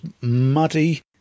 muddy